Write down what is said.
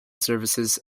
services